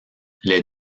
les